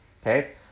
Okay